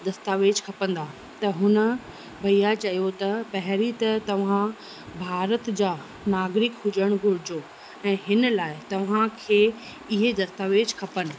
दस्तावेज़ खपंदा त हुन भइया चयो त पहिरीं त तव्हां भारत जा नागरिक हुजणु घुरिजो ऐं हिन लाइ तव्हां खे इहे दस्तावेज़ खपनि